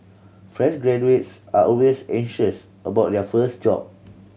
fresh graduates are always anxious about their first job